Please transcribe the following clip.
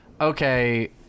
okay